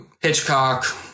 Hitchcock